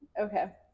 okay